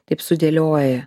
taip sudėlioji